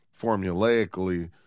formulaically